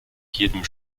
jedem